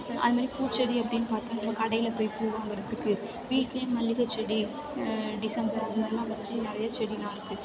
அது மாதிரி பூச்செடி அப்படின்னு பார்த்தீங்கன்னா கடையில் போய் பூ வாங்கிறத்துக்கு வீட்லேயே மல்லிகை செடி டிசம்பர் அது மாதிரி வச்சு நிறையா செடியெல்லாம் இருக்குது